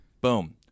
Boom